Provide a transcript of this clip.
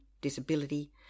disability